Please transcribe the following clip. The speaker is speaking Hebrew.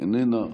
איננה.